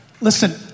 Listen